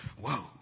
Whoa